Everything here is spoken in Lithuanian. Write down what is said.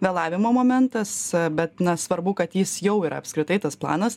vėlavimo momentas bet na svarbu kad jis jau yra apskritai tas planas